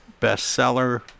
bestseller